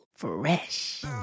Fresh